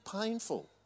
painful